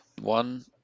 One